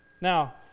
Now